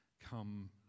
Come